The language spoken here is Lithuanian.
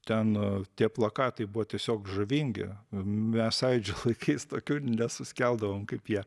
ten tie plakatai buvo tiesiog žavingi mes sąjūdžio laikais tokių nesuskeldavom kaip jie